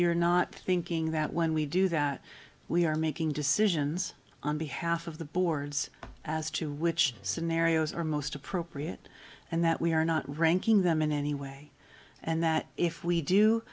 you're not thinking about when we do that we are making decisions on behalf of the boards as to which scenarios are most appropriate and that we are not ranking them in any way and that if we do